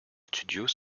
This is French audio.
studios